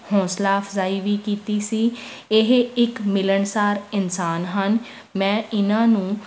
ਹੌਂਸਲਾ ਅਫਸਾਈ ਵੀ ਕੀਤੀ ਸੀ ਇਹ ਇੱਕ ਮਿਲਣਸਾਰ ਇਨਸਾਨ ਹਨ ਮੈਂ ਇਹਨਾਂ ਨੂੰ